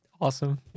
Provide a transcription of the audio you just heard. Awesome